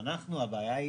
אנחנו הבעיה,